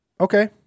Okay